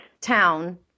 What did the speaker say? town